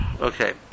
Okay